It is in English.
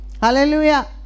Hallelujah